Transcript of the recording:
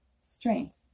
strength